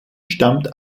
stammt